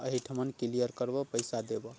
एहिठमन क्लीयर करबो पैसा देबो